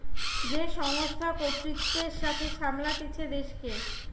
যে সংস্থা কর্তৃত্বের সাথে সামলাতিছে দেশকে